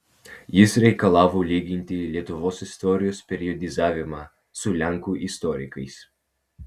jis reikalavo lyginti lietuvos istorijos periodizavimą su lenkų istorikais